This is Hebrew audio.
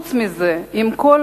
חוץ מזה, עם כל